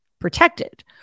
protected